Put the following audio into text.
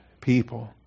people